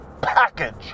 package